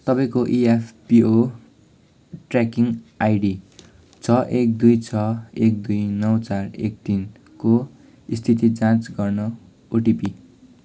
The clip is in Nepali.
तपाईँँको इएफपिओ ट्र्याकिङ आइडी छ एक दुई छ एक दुई नौ चार एक तिन को स्थिति जाँच गर्न ओटिपी